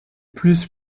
plus